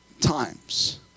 Times